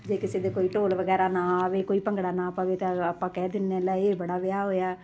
ਜੇ ਕਿਸੇ ਦੇ ਕੋਈ ਢੋਲ ਵਗੈਰਾ ਨਾ ਆਵੇ ਕੋਈ ਭੰਗੜਾ ਨਾ ਪਵੇ ਤਾਂ ਆਪਾਂ ਕਹਿ ਦਿੰਦੇ ਹਾਂ ਲੈ ਇਹ ਬੜਾ ਵਿਆਹ ਹੋਇਆ